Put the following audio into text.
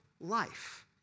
life